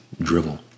drivel